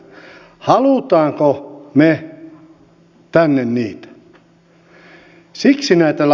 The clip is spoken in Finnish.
siksi näitä lakeja säädetään